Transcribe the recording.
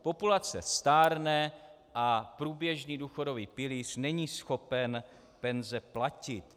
Populace stárne a průběžný důchodový pilíř není schopen penze platit.